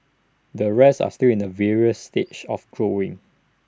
the rest are still in the various stages of growing